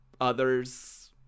others